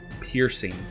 piercing